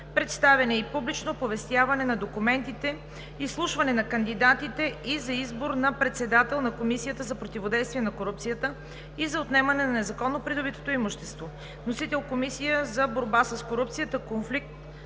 представяне и публично оповестяване на документите, изслушване на кандидатите и за избор на председател на Комисията за противодействие на корупцията и за отнемане на незаконно придобитото имущество. Вносител е Комисията за борба с корупцията, конфликт